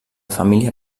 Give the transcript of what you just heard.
família